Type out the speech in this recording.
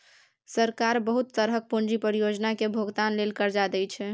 सरकार बहुत तरहक पूंजी परियोजना केर भोगतान लेल कर्जा दइ छै